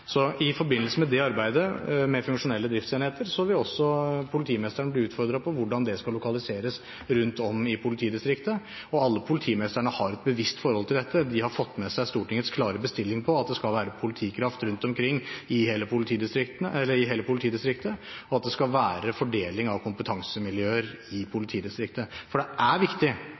I forbindelse med arbeidet med funksjonelle driftsenheter vil også politimesteren bli utfordret på hvordan det skal lokaliseres rundt om i politidistriktet. Alle politimesterne har et bevisst forhold til dette, de har fått med seg Stortingets klare bestilling om at det skal være politikraft rundt omkring i hele politidistriktet, og at det skal være fordeling av kompetansemiljøer i politidistriktet. Det er viktig